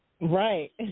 Right